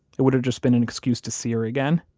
it would have just been an excuse to see her again